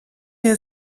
der